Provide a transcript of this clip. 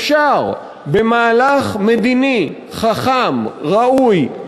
אפשר במהלך מדיני חכם, ראוי,